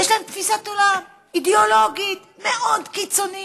יש להם תפיסת עולם אידיאולוגית מאוד קיצונית,